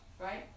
Right